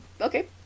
Okay